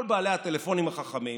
כל בעלי הטלפונים החכמים